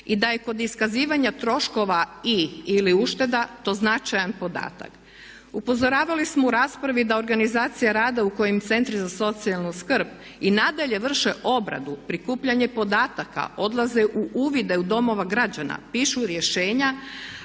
i da je kod iskazivanja troškova i/ili ušteda to značajan podatak. Upozoravali smo u raspravi da organizacija rada u kojem centri za socijalnu skrb i nadalje vrše obradu, prikupljanje podataka, odlaze u uvide u domove građana, pišu rješenja